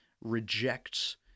rejects